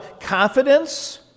confidence